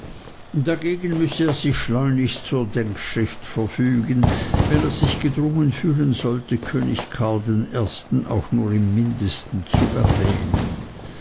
dagegen müsse er sich schleunigst zur denkschrift verfügen wenn er sich gedrungen fühlen sollte könig karl i auch nur im mindesten zu erwähnen